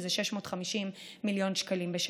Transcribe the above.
שזה 650 מיליון שקלים בשנה.